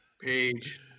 page